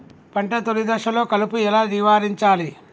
పంట తొలి దశలో కలుపు ఎలా నివారించాలి?